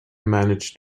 managed